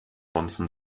bonzen